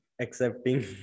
accepting